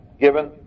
given